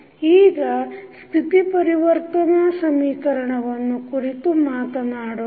ಈಗ ಸ್ಥಿತಿ ಪರಿವರ್ತನಾ ಸಮೀಕರಣವನ್ನು ಕುರಿತು ಮಾತನಾಡೋಣ